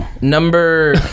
Number